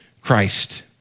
Christ